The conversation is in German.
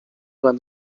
beim